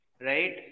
right